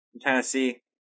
Tennessee